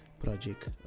project